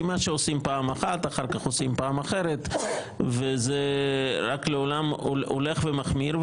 כי מה שעושים פעם אחת אחר כך גם עושים פעם אחרת וזה רק הולך ומחמיר.